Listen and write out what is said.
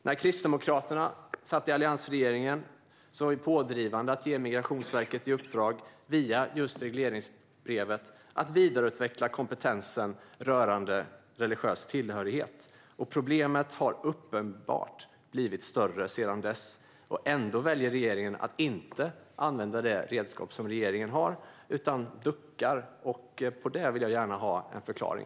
När Kristdemokraterna satt i alliansregeringen var vi pådrivande att ge Migrationsverket i uppdrag, via just regleringsbrevet, att vidareutveckla kompetensen rörande religiös tillhörighet. Problemet har uppenbart blivit större sedan dess. Ändå väljer regeringen att inte använda det redskap regeringen har utan duckar. På det vill jag gärna ha en förklaring.